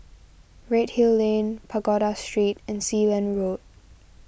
Redhill Lane Pagoda Street and Sealand Road